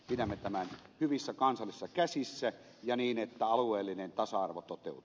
pidämme tämän hyvissä kansallisissa käsissä ja niin että alueellinen tasa arvo toteutuu